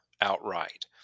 outright